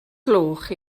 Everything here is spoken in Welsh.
gloch